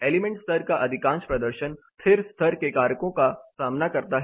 element स्तर का अधिकांश प्रदर्शन स्थिर स्तर के कारकों का सामना करता हैं